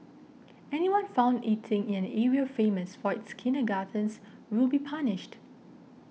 anyone found eating in an area famous for its kindergartens will be punished